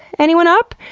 anyone up?